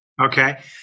Okay